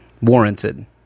warranted